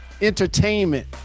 entertainment